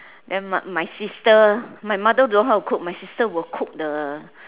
then my my sister my mother don't know how to cook my sister would cook the